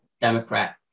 Democrat